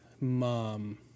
mom